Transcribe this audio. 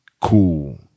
cool